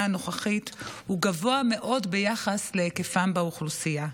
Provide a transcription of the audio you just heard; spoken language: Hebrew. הנוכחית הוא גבוה מאוד ביחס להיקפם באוכלוסייה.